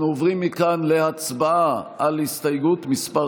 אנחנו עוברים מכאן להצבעה על הסתייגות מס'